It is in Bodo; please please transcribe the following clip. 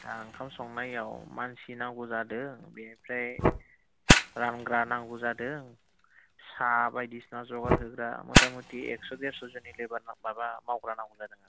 दा ओंखाम संनायाव मानसि नांगौ जादों बेनिफ्राय रानग्रा नांगौ जादों साहा बायदिसिना जगार होग्रा मथामथि एकस' देरस' जननि लेबार माबा मावग्रा नांगौमोन आरो